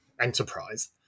enterprise